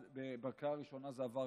בקריאה הראשונה זה עבר